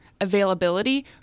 availability